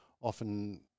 often